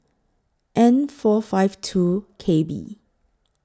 N four five two K B